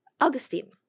Augustine